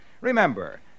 Remember